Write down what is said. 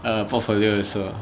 err portfolio also